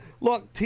look